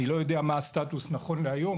אני לא יודע מה הסטטוס נכון להיום,